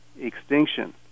extinction